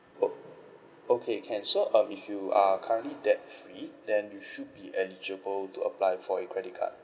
ok~ okay can so um if you are currently debt free then you should be eligible to apply for a credit card